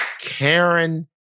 Karen